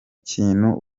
kintu